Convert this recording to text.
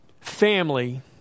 family